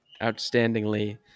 outstandingly